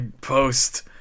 post